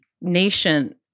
nation